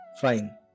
fine